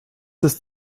ist